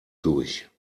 durch